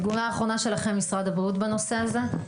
תגובה אחרונה שלכם, משרד הבריאות, בנושא הזה?